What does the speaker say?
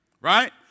right